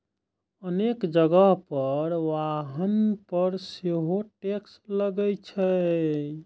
अनेक जगह पर वाहन पर सेहो टैक्स लागै छै